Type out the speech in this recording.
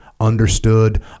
Understood